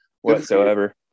whatsoever